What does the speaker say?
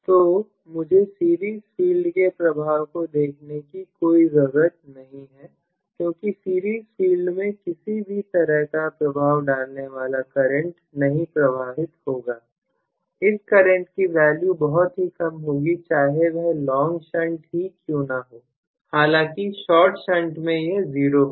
तो मुझे series field के प्रभाव को देखने की कोई जरूरत नहीं है क्योंकि सीरीज फील्ड में किसी भी तरह का प्रभाव डालने वाला करंट नहीं प्रवाहित होगा इस करंट की वैल्यू बहुत ही कम होगी चाहे वह लॉन्ग शंट ही क्यों ना हो हालांकि शार्ट शंट में यह 0 होगी